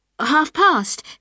half-past